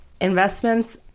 investments